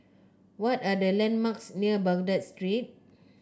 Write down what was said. what are the landmarks near Baghdad Street